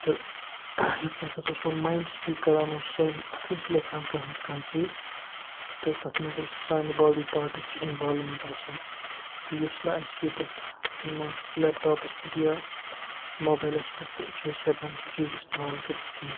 تہٕ یَتھ منٛز ہَسا سوٗن مایِنٛڈ سٕپیٖک کَران اوٗس سٲنۍ اَتھہٕ ٲسۍ لیٚکھان کانٛہہ نَتہٕ کانٛہہ چیٖز تہٕ تَتھ منٛز ٲسۍ سانہِ باڈی پاٹچٕۍ اِنوالومیٚنٛٹ آسان تہٕ یُس نہٕ اسہِ ییٚتیٚتھ لیپٹاپَس پٮ۪ٹھ یا موبایلَس پٮ۪ٹھ تہٕ چھِ أسۍ ہیٚکان سُہ چیٖز اِستعمال کٔرِتھ کِہیٖنۍ